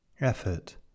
Effort